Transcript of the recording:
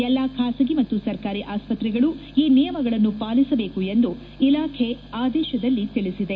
ಎಲ್ಲಾ ಖಾಸಗಿ ಮತ್ತು ಸರ್ಕಾರಿ ಆಸ್ಪತ್ರೆಗಳು ಈ ನಿಯಮಗಳನ್ನು ಪಾಲಿಸಬೇಕು ಎಂದು ಇಲಾಖೆ ಆದೇಶದಲ್ಲಿ ತಿಳಿಸಿದೆ